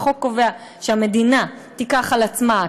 החוק קובע שהמדינה תיקח על עצמה,